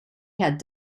had